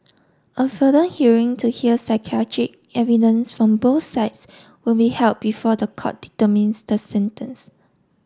a further hearing to hear psychiatric evidence from both sides will be held before the court determines the sentence